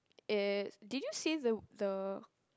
it's did you say the the